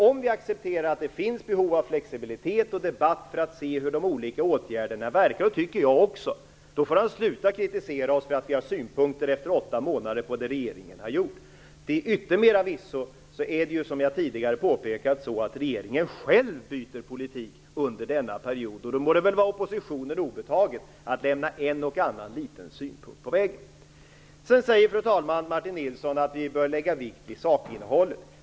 Om vi accepterar att det finns behov av flexibilitet och debatt för att se hur de olika åtgärderna verkar, då får han sluta kritisera oss för att vi efter åtta månader har synpunkter på vad regeringen har gjort. Till yttermera visso är det, som jag tidigare har påpekat, så att regeringen själv byter politik under denna period. och då må det väl vara oppositionen obetaget att lämna en och annan liten synpunkt på vägen. Fru talman! Martin Nilsson säger att vi bör lägga vikt vid sakinnehållet.